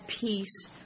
peace